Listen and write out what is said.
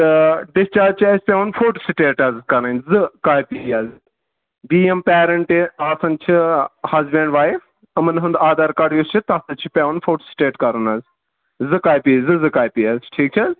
تہٕ ڈِسچارٕج چھِ اَسہِ پٮ۪وان فوٹوسٹیٹ حظ کَرٕنۍ زٕ کاپی حظ بی یِم پٮ۪رنٹ یہِ آسان چھِ ہزبٮ۪نٛڈ وایِف یِمَن ہُنٛد آدھار کاڈ یُس چھِ تَتھ پٮ۪ٹھ چھُ پٮ۪وان فوٹوسٹیٹ کَرُن حظ زٕ کاپی زٕ زٕ کاپی حظ ٹھیٖک چھا